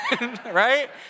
right